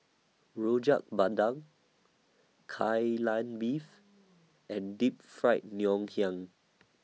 Rojak Bandung Kai Lan Beef and Deep Fried Ngoh Niang